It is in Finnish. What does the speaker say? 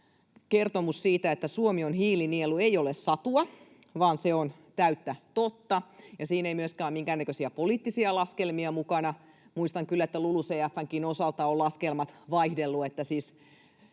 kertomus siitä, että Suomi on hiilinielu, ei ole satua vaan se on täyttä totta, ja siinä ei myöskään ole minkäännäköisiä poliittisia laskelmia mukana. Muistan kyllä, että LULUCF:nkin osalta ovat laskelmat vaihdelleet.